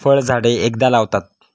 फळझाडे एकदा लावतात